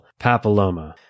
papilloma